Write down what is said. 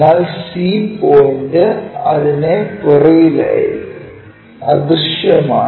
എന്നാൽ c point അതിന്റെ പുറകിലായിരിക്കും അദൃശ്യമാണ്